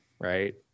right